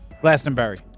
Glastonbury